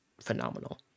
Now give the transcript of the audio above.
phenomenal